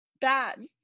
Bad